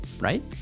right